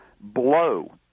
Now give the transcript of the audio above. blow